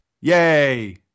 Yay